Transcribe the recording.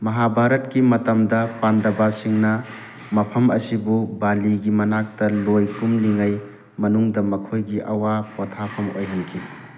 ꯃꯥꯍꯥꯕꯔꯠꯀꯤ ꯃꯇꯝꯗ ꯄꯥꯟꯗꯕꯥꯁꯤꯡꯅ ꯃꯐꯝ ꯑꯁꯤꯕꯨ ꯕꯥꯜꯂꯤꯒꯤ ꯃꯅꯥꯛꯇ ꯂꯣꯏ ꯀꯨꯝꯂꯤꯉꯩ ꯃꯅꯨꯡꯗ ꯃꯈꯣꯏꯒꯤ ꯑꯋꯥ ꯄꯣꯊꯥꯐꯝ ꯑꯣꯏꯍꯟꯈꯤ